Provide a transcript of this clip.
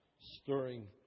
stirring